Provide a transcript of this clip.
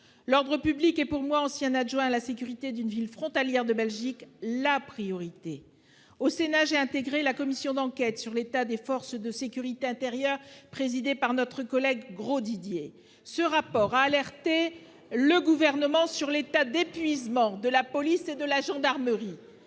L'ordre public est pour moi, ancien adjoint à la sécurité d'une ville frontalière de Belgique, « la » priorité. Au Sénat, j'ai intégré la commission d'enquête sur l'état des forces de sécurité intérieure présidée par notre collègue François Grosdidier. Son rapport a alerté le Gouvernement sur l'état d'épuisement de la police et de la gendarmerie.